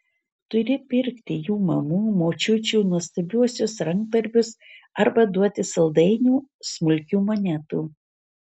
turi pirkti jų mamų močiučių nuostabiuosius rankdarbius arba duoti saldainių smulkių monetų